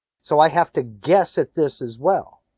so i have to guess at this as well.